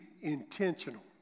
intentional